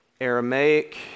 Aramaic